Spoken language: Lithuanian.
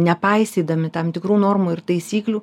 nepaisydami tam tikrų normų ir taisyklių